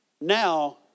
Now